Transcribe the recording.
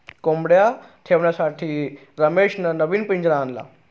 कोंबडया ठेवण्यासाठी रमेशने नवीन पिंजरा आणला